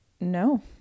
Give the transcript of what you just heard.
No